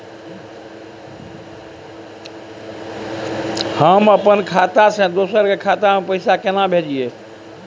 हम अपन खाता से दोसर के खाता में पैसा केना भेजिए?